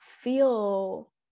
feel